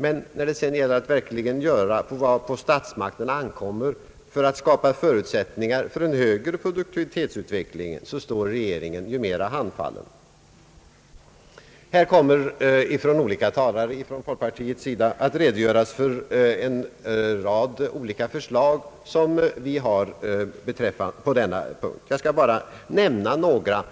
Men när det sedan gäller att verkligen göra vad på statsmakterna ankommer för att skapa förutsättningar för en högre produktivitetsutveckling står regeringen mera handfallen. Olika talare från folkpartiet kommer här att redogöra för en rad olika förslag som vi har framlagt på denna punkt. Jag skall bara nämna några